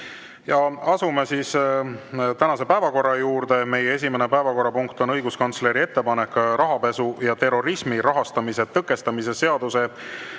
Asume tänase päevakorra juurde. Meie esimene päevakorrapunkt on õiguskantsleri ettepanek rahapesu ja terrorismi rahastamise tõkestamise seaduse,